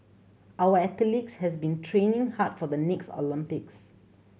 our athletes has been training hard for the next Olympics